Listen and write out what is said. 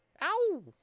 ow